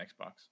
Xbox